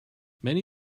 many